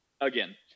again